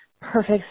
perfect